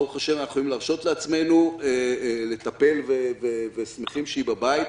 ברוך השם אנחנו יכולים להרשות לעצמנו לטפל ושמחים שהיא בבית.